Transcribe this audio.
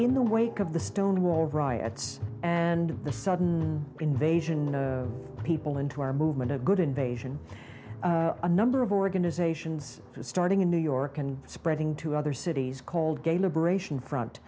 in the wake of the stonewall riots and the sudden invasion people into our movement a good invasion a number of organizations starting in new york and spreading to other cities called gay liberation front